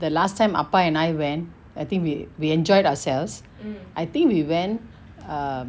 the last time appa and I went I think we we enjoyed ourselves and I think we went err